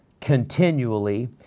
continually